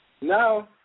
No